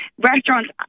restaurants